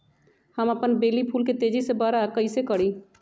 हम अपन बेली फुल के तेज़ी से बरा कईसे करी?